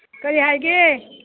ꯀꯔꯤ ꯍꯥꯏꯒꯦ